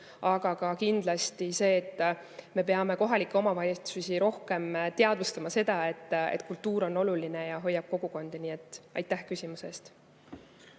Aga kindlasti me peame kohalikes omavalitsustes ka rohkem teadvustama seda, et kultuur on oluline ja hoiab kogukondi. Nii et aitäh küsimuse